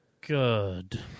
Good